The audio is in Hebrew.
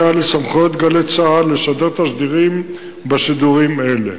לסמכויות "גלי צה"ל" לשדר תשדירים בשידורים אלה.